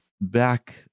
back